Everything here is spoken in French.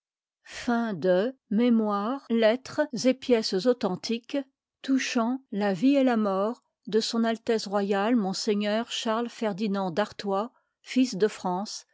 de seine mémoires lettres et pièges authentiques touchant la vie et la mort de s a r monseigneur charles ferdinand dartois fils de france